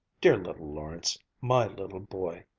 dear little lawrence. my little boy!